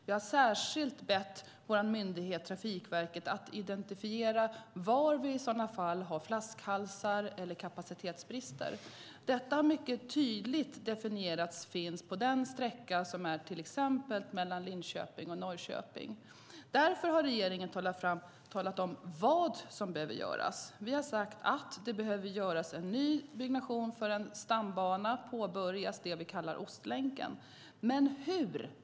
Vi har särskilt bett vår myndighet Trafikverket att identifiera var vi har flaskhalsar eller kapacitetsbrister. Sådana har mycket tydligt definierats finnas till exempel på sträckan mellan Linköping och Norrköping. Regeringen har sedan talat om vad som behöver göras. Vi har sagt att det behöver göras en ny byggnation för en stambana. Det vi kallar Ostlänken ska påbörjas.